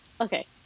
okay